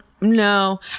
no